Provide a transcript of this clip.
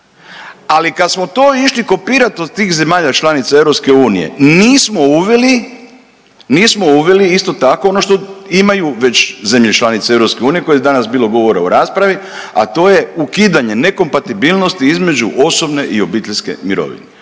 Ali kad smo to išli kopirati od tih zemalja članica EU nismo uveli isto tako ono što imaju već zemlje članice EU o kojima je danas bilo govora u raspravi, a to je ukidanje nekompatibilnosti između osobne i obiteljske mirovine.